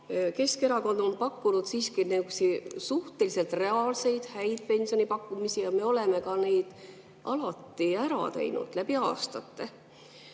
Keskerakond on teinud siiski nihukesi suhteliselt reaalseid häid pensionipakkumisi ja me oleme ka need alati ära teinud, läbi aastate.